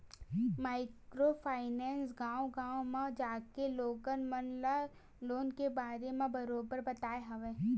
micro finance गाँव गाँव म जाके लोगन मन ल लोन के बारे म बरोबर बताय हवय